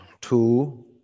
two